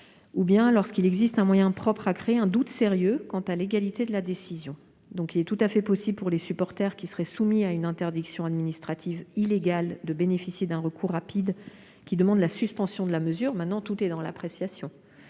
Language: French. ou bien qu'il existe un moyen propre à créer un doute sérieux quant à la légalité de la décision. Il est donc tout à fait possible pour les supporters qui seraient soumis à une interdiction administrative illégale de bénéficier d'un recours rapide en vue de la suspension de la mesure. Cela dit, mesdames, messieurs